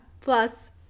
Plus